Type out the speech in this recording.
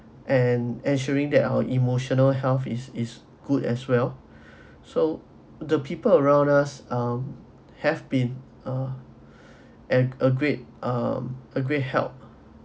and ensuring that our emotional health is is good as well so the people around us um have been a and a great um a great help